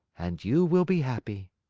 and you will be happy.